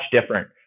different